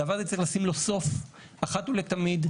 לדבר הזה צריך לשים סוף אחת ולתמיד.